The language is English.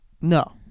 No